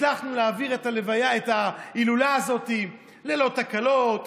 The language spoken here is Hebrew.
הצלחנו להעביר את ההילולה הזאת ללא תקלות,